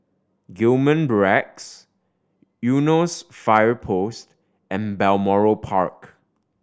Gillman Barracks Eunos Fire Post and Balmoral Park